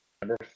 Number